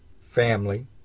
family